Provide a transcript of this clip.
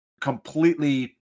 completely